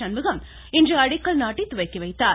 சண்முகம் இன்று அடிக்கல் நாட்டி துவக்கிவைத்தார்